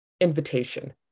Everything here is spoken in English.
invitation